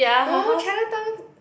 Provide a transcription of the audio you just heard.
no Chinatown